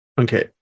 Okay